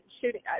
shooting